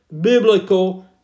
biblical